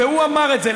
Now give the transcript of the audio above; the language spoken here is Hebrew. והוא אמר את זה.